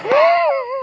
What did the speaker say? हूं